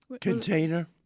container